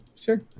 sure